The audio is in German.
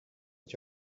ich